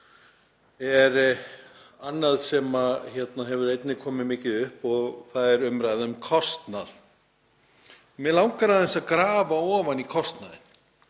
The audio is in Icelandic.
er annað sem hefur einnig komið mikið upp og það er umræða um kostnað. Mig langar aðeins að grafa ofan í kostnaðinn